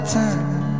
time